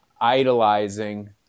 idolizing